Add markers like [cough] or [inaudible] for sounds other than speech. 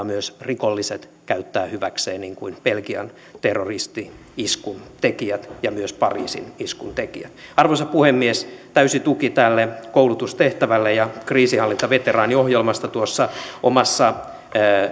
[unintelligible] myös rikolliset käyttää sitä hyväkseen niin kuin belgian terroristi iskun tekijät ja myös pariisin iskun tekijät arvoisa puhemies täysi tuki tälle koulutustehtävälle ja kuten kriisinhallintaveteraaniohjelmasta tuossa omassa